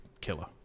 killer